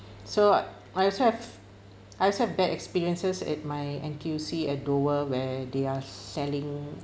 so I also have I also have bad experiences at my N_T_U_C where they are selling